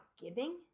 giving